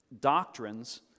doctrines